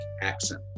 accent